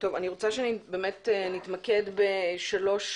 רוצה שנתמקד בשלוש